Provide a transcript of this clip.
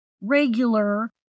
regular